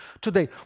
today